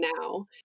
now